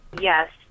Yes